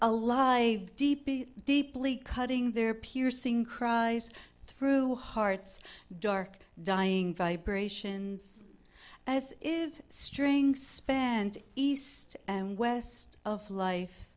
lie deep deeply cutting their piercing cries through hearts dark dying vibrations as string spanned east and west of life